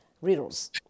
riddles